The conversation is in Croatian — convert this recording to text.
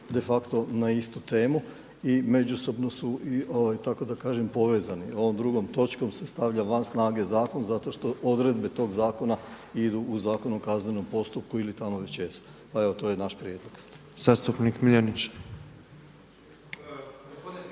de facto na istu temu i međusobno su povezani. Ovom drugom točkom se stavlja van snage zakon zato što odredbe tog zakona idu u Zakonu o kaznenom postupku ili tamo već jesu, pa evo to je naš prijedlog. **Petrov,